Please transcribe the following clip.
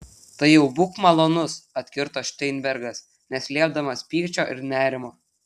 tai jau būk malonus atkirto šteinbergas neslėpdamas pykčio ir nerimo